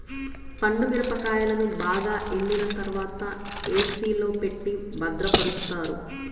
పండు మిరపకాయలను బాగా ఎండిన తర్వాత ఏ.సీ లో పెట్టి భద్రపరుస్తారు